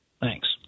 Thanks